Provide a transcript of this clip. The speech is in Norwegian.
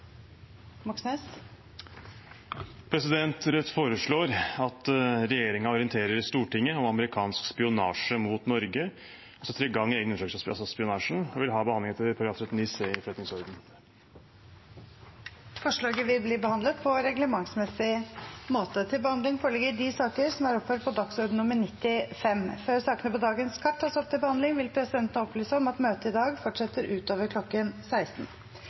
Moxnes vil fremsette et representantforslag. Rødt foreslår at regjeringen orienterer Stortinget om amerikansk spionasje mot Norge og setter i gang egne undersøkelser av spionasjen, og vi vil ha behandling av dette etter forretningsordenens § 39 c. Forslaget vil bli behandlet på reglementsmessig måte. Før sakene på dagens kart tas opp til behandling, vil presidenten opplyse om at møtet i dag fortsetter utover kl. 16.